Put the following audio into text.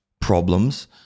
problems